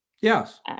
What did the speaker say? Yes